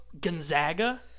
Gonzaga